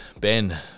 Ben